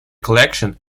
collection